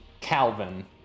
calvin